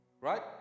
Right